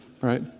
Right